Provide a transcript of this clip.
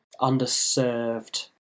underserved